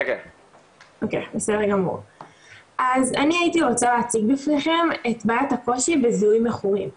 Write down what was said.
אני הייתי רוצה להציג לפניכם את בעיית הקושי בזיהוי מכורים.